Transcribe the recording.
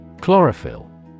Chlorophyll